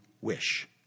wish